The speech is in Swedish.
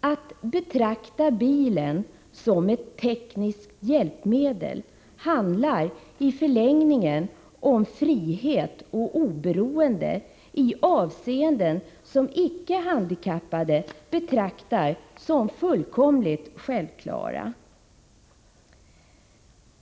Att betrakta bilen som ett tekniskt hjälpmedel handlar i förlängningen om frihet och oberoende i avseenden som icke handikappade betraktar som fullkomligt självklara.